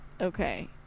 Okay